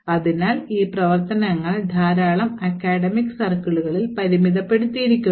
അതിനാൽ ഈ പ്രവർത്തനങ്ങൾ ധാരാളം അക്കാഡമിക് സർക്കിളുകളിൽ പരിമിതപ്പെടുത്തിയിരിക്കുന്നു